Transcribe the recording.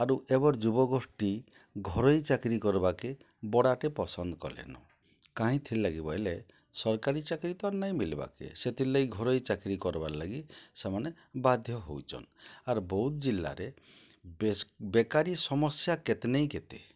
ଆରୁ ଏବର୍ ଯୁବଗୋଷ୍ଠୀ ଘରୋଇ ଚାକିରି କର୍ବାକେ ବଡ଼ାଟେ ପସନ୍ଦ୍ କଲେନ କାଇଁଥିର୍ଲାଗି ବଏଲେ ସର୍କାରୀ ଚାକିରି ତ ନାଇଁ ମିଲ୍ବାକେ ସେଥିର୍ଲାଗି ଘରୋଇ ଚାକ୍ରି କର୍ବାର୍ ଲାଗି ସେମାନେ ବାଧ୍ୟ ହଉଚନ୍ ଆର୍ ବୌଦ୍ଧ୍ ଜିଲ୍ଲାରେ ବେକାରି ସମସ୍ୟା କେତେ ନି କେତେ